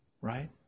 Right